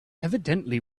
evidently